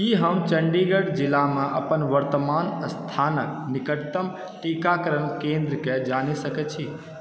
की हम चण्डीगढ़ जिलामे अपन वर्त्तमान स्थानक निकटतम टीकाकरण केन्द्रके जानि सकै छी